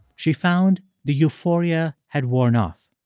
she found the euphoria had worn off